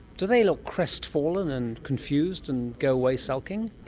do they look crestfallen and confused and go away sulking?